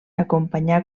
acompanyà